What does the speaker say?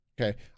Okay